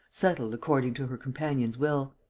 settled according to her companion's will.